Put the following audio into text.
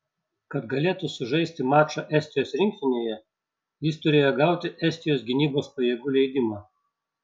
kad galėtų sužaisti mačą estijos rinktinėje jis turėjo gauti estijos gynybos pajėgų leidimą